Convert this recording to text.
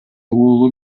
уулу